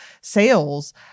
sales